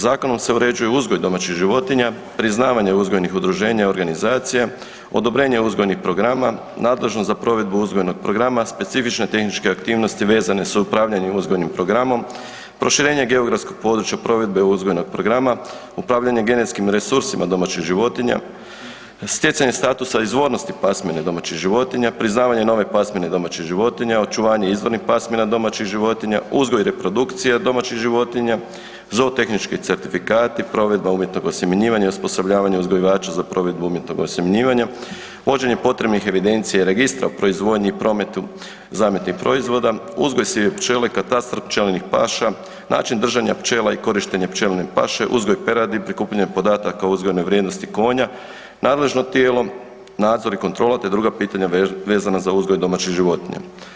Zakonom se uređuje uzgoj domaćih životinja, priznavanje uzgojnih udruženja i organizacija, odobrenje uzgojnih programa, nadležnost za provedbu uzgojnog programa, specifične tehničke aktivnosti vezane sa upravljanjem uzgojnim programom, proširenje geografskog područja provedbe uzgojnog programa, upravljanje genetskim resursima domaćih životinja, stjecanje statusa izvornosti domaćih životinja, priznavanje nove pasmine domaćih životinja, očuvanje izvornih pasmina domaćih životinja, uzgoj i reprodukcija domaćih životinja, zoo tehnički certifikati, provedba umjetnog osjemenjivanja i osposobljavanje uzgajivača za provedbu umjetnog osjemenjivanja, vođenje potrebnih evidencija i registra o proizvodnji i prometu zametnih proizvoda, uzgoj … pčele, katastar pčelinjih paša, način držanja pčela i korištenje pčelne paše, uzgoj peradi, prikupljanje podataka o uzgojnoj vrijednosti konja, nadležno tijelo nadzor i kontrola te druga pitanja vezana za uzgoj domaćih životinja.